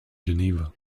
geneva